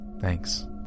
thanks